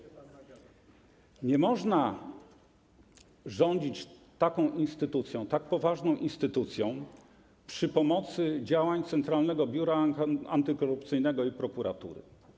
Nie można rządzić taką instytucją, tak poważną instytucją za pomocą działań Centralnego Biura Antykorupcyjnego i prokuratury.